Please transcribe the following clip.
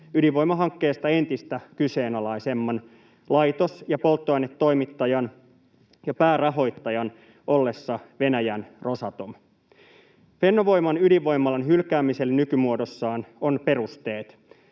ydinvoimahankkeesta entistä kyseenalaisemman laitos- ja polttoainetoimittajan ja päärahoittajan ollessa Venäjän Rosatom. Fennovoiman ydinvoimalan hylkäämiselle nykymuodossaan on perusteet.